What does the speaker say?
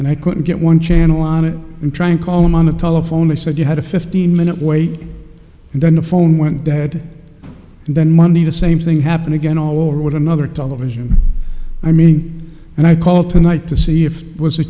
and i couldn't get one channel on it and try and call them on the telephone and said you had a fifteen minute wait and then the phone went dead and then monday the same thing happened again all over with another television and i call tonight to see if it was a